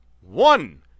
One